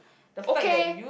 okay